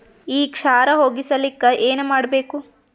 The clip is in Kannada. ಈ ಕ್ಷಾರ ಹೋಗಸಲಿಕ್ಕ ಏನ ಮಾಡಬೇಕು?